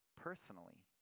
personally